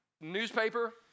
newspaper